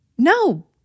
No